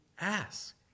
ask